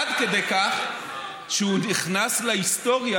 אדוני השר, אני ממליצה לך להתייחס להצעת